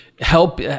help